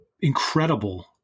incredible